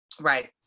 Right